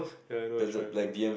ya I know the triangles